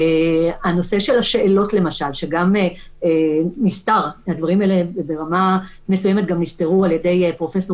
נושא השאלות שגם נסתר הדברים האלה ברמה מסוימת נסתרו על-ידי פרופ'